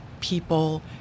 people